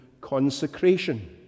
consecration